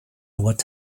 what